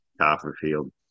Copperfield